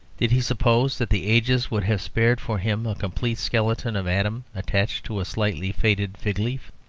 did he suppose that the ages would have spared for him a complete skeleton of adam attached to a slightly faded fig-leaf?